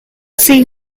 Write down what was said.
see